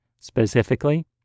specifically